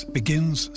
begins